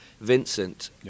Vincent